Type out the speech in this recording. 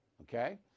okay